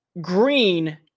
Green